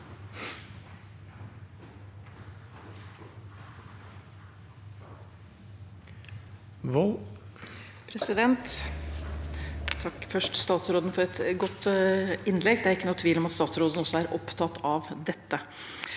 Jeg takker først statsrå- den for et godt innlegg. Det er ikke noen tvil om at statsråden også er opptatt av dette.